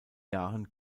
jahren